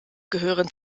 gehören